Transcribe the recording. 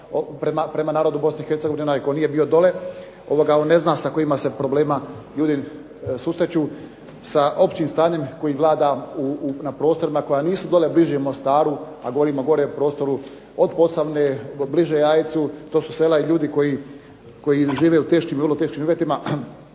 Onaj tko nije bio dole on ne zna sa kojima se problemima ljudi susreću, sa općim stanjem koji vlada na prostorima koja nisu dole bliže Mostaru, a govorim o gore prostoru od Posavine, bliže Jajcu. To su sela i ljudi koji žive u teškim, vrlo teškim uvjetima